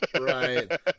Right